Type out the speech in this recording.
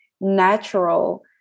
natural